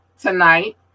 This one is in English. tonight